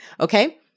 Okay